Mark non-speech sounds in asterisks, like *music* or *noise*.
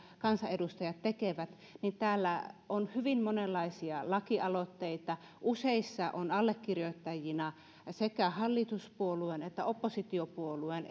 kansanedustajat tekevät on hyvin monenlaisia lakialoitteita useissa on allekirjoittajina sekä hallituspuolueen että oppositiopuolueen *unintelligible*